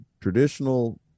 traditional